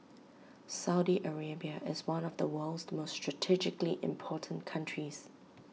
Saudi Arabia is one of the world's most strategically important countries